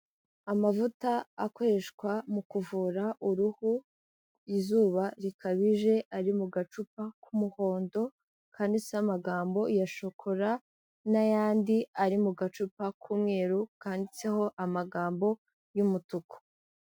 Amavuta akoreshwa mu kuvura uruhu, izuba rikabije ari mu gacupa k'umuhondo kanditseho amagambo ya shokora n'ayandi ari mu gacupa k'umweru kanditseho amagambo y'umutuku.